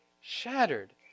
shattered